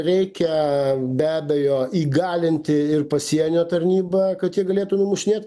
reikia be abejo įgalinti ir pasienio tarnybą kad jie galėtų numušinėt